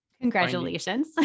Congratulations